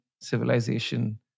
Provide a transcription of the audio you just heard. civilization